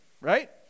right